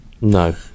No